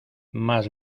más